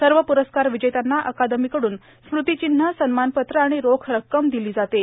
सव प्रस्कार विजेत्यांना अकादमीकडून स्मीर्ताचन्ह सन्मानपत्र आर्ण रोख रक्कम दिली जाते